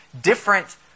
Different